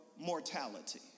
mortality